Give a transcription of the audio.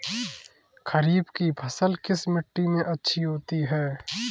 खरीफ की फसल किस मिट्टी में अच्छी होती है?